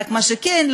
מה שכן,